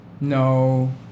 No